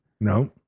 No